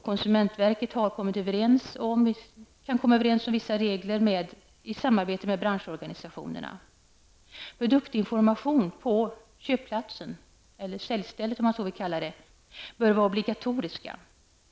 Konsumentverket kan i samarbete med branschorganisationerna komma överens om vissa regler. Produktinformation på köpplatsen, säljstället, bör vara obligatorisk.